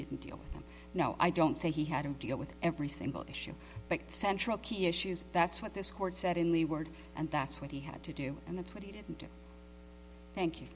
didn't deal them no i don't say he had to deal with every single issue central key issues that's what this court said in the word and that's what he had to do and that's what he didn't do thank you